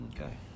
Okay